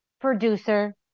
producer